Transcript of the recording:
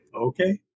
Okay